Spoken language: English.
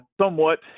Somewhat